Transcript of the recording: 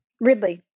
Ridley